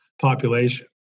population